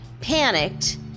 panicked